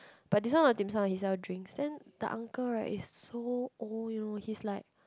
but this one not dim sum he sell drinks then the uncle right is so old you know he's like